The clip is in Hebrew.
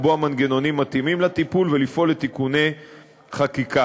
לקבוע מנגנונים מתאימים לטיפול ולפעול לתיקוני חקיקה.